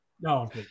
No